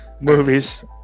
movies